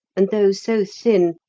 and though so thin,